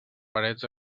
parets